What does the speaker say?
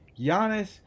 Giannis